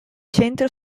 centro